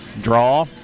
Draw